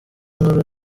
inkuru